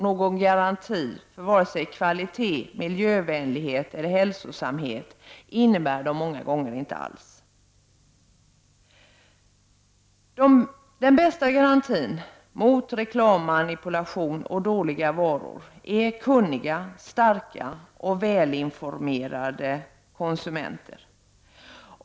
Någon garanti för vare sig kvalitet, miljövänlighet eller hälsosamhet innebär de många gånger inte alls. Den bästa garantin mot reklammanipulation och dåliga varor är kunniga, starka och välinformerade konsumenter.